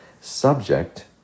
subject